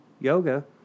yoga